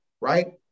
right